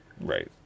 Right